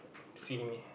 see me